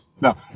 No